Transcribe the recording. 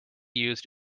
used